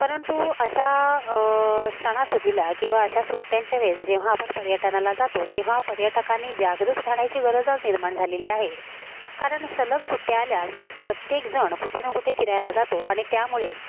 परंतु अशा सणासुदीला किंवा अशा सुट्ट्यांच्या वेळेस जेव्हा आपण पर्यटनाला जातो तेव्हा पर्यटकांनी जागरूक राहण्याची गरज निर्माण झालेली आहे कारण सलग सुट्ट्या आल्या की प्रत्येक जण कुठे न कुठे फिरायला जातो आणि त्यामुळे